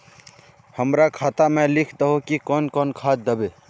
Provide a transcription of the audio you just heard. हमरा खाता में लिख दहु की कौन कौन खाद दबे?